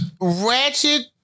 Ratchet